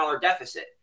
deficit